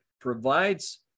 provides